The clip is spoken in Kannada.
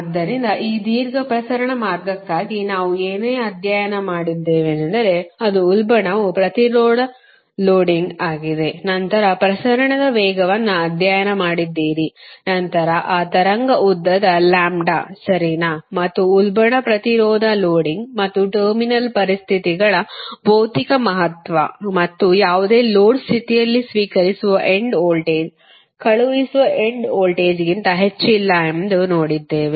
ಆದ್ದರಿಂದ ಈ ದೀರ್ಘ ಪ್ರಸರಣ ಮಾರ್ಗಕ್ಕಾಗಿ ನಾವು ಏನೇ ಅಧ್ಯಯನ ಮಾಡಿದ್ದೇವೆಂದರೆ ಅದು ಉಲ್ಬಣವು ಪ್ರತಿರೋಧ ಲೋಡಿಂಗ್ ಆಗಿದೆ ನಂತರ ಪ್ರಸರಣದ ವೇಗವನ್ನು ಅಧ್ಯಯನ ಮಾಡಿದ್ದೀರಿ ನಂತರ ಆ ತರಂಗ ಉದ್ದದ ಲ್ಯಾಂಬ್ಡಾ ಸರಿನಾ ಮತ್ತು ಉಲ್ಬಣ ಪ್ರತಿರೋಧ ಲೋಡಿಂಗ್ ಮತ್ತು ಟರ್ಮಿನಲ್ ಪರಿಸ್ಥಿತಿಗಳ ಭೌತಿಕ ಮಹತ್ವ ಮತ್ತು ಯಾವುದೇ ಲೋಡ್ ಸ್ಥಿತಿಯಲ್ಲಿ ಸ್ವೀಕರಿಸುವ ಎಂಡ್ ವೋಲ್ಟೇಜ್ ಕಳುಹಿಸುವ ಎಂಡ್ ವೋಲ್ಟೇಜ್ಗಿಂತ ಹೆಚ್ಚಿಲ್ಲ ಎಂದು ನೋಡಿದ್ದೇವೆ